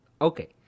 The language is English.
Okay